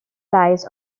lies